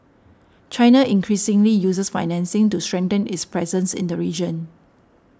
China increasingly uses financing to strengthen its presence in the region